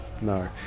no